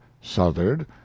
southard